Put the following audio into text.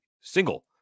single